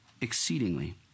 exceedingly